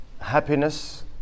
happiness